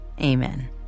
amen